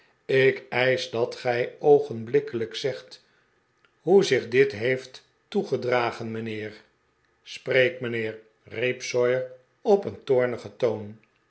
ik eisch dat gij oogenblikkelijk zegt hoe zich dit heeft toegedragen mijnheer spreek mijjiheer riep sawyer op een toornigen